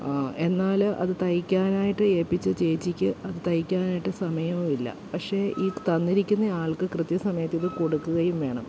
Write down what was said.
എന്നാൽ അത് തയ്ക്കാനായിട്ട് ഏൽപ്പിച്ച ചേച്ചിക്ക് അത് തയ്ക്കാനായിട്ട് സമയവും ഇല്ല പക്ഷേ ഈ തന്നിരിക്കുന്ന ആൾക്ക് കൃത്യസമയത്ത് ഇത് കൊടുക്കുകയും വേണം